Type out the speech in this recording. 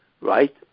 right